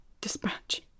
dispatch